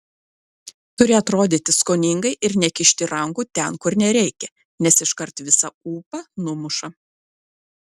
turi atrodyti skoningai ir nekišti rankų ten kur nereikia nes iškart visą ūpą numuša